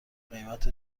قیمت